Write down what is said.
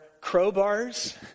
crowbars